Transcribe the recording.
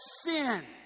sin